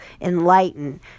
enlighten